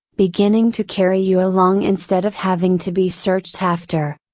beginning to carry you along instead of having to be searched after.